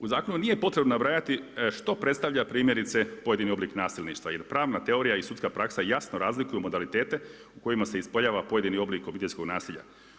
U zakonu nije potrebno nabrajati što predstavlja primjerice pojedini oblik nasilništva, jer pravna teorija i sudska praksa jasno razlikuju modalitete u kojima se ispolijeva pojedini oblik obiteljskog nasilja.